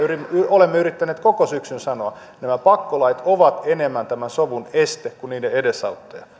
olemme yrittäneet koko syksyn sanoa nämä pakkolait ovat enemmän tämän sovun este kuin niiden edesauttaja